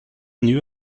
knew